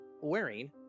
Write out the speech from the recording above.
wearing